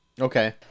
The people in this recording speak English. okay